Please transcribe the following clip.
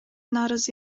нааразы